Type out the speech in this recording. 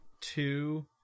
two